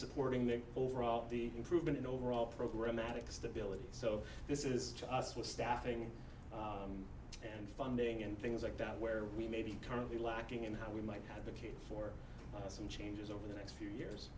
supporting them overall the improvement in overall program maddux the ability so this is to us with staffing and funding and things like that where we may be currently lacking in how we might have a kid for some changes over the next few years